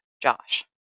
Josh